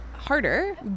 harder